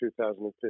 2015